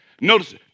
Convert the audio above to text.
notice